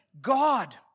God